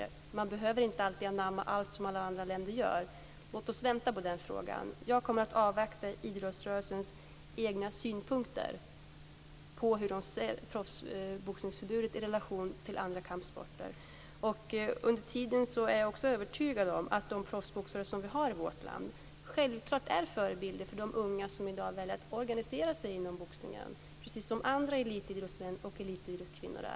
Man behöver inte alltid anamma allt som alla andra länder gör. Låt oss vänta i den frågan. Jag kommer att avvakta idrottsrörelsens egna synpunkter på hur den ser på proffsboxningsförbudet i relation till andra kampsporter. Under tiden är jag övertygad om att de proffsboxare som vi har i vårt land självklart är förebilder för de unga som i dag väljer att organisera sig inom boxningen, precis som andra elitidrottsmän och elitidrottskvinnor.